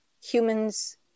humans